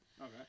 Okay